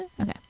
okay